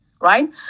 right